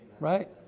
Right